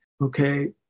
okay